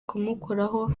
kumukoraho